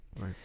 Right